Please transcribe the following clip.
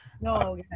No